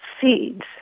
seeds